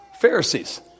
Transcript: Pharisees